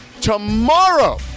tomorrow